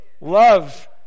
Love